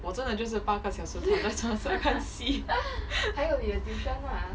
我真的就是八个小时八个小时在看戏